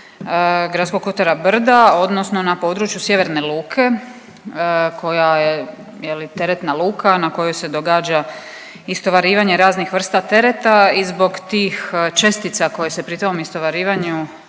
gradskog kotora Brda odnosno na području Sjeverne luke koja je, je li, teretna luka na kojoj se događa istovarivanje raznih vrsta tereta i zbog tih čestica koje se pri tom istovarivanju